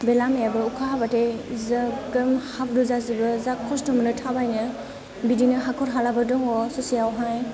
बे लामायाबो अखा हाब्लाथाय जो गोग्गोम हाब्रु जाजोबो जा खस्थ' मोनो थाबायनो बिदिनो हाखर हालाबो दङ ससेयावहाय